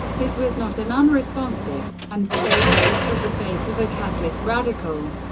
his was not an unresponsive and staid faith, but the faith of a catholic radical,